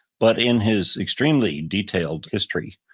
but in his extremely detailed history,